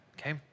okay